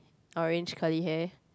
orange curly hair